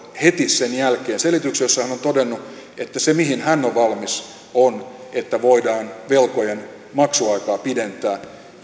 heti sen jälkeen selityksen jossa hän on todennut että se mihin hän on valmis on että voidaan velkojen maksuaikaa pidentää